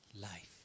life